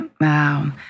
Wow